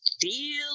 feel